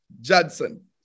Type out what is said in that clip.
Judson